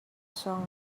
song